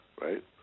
right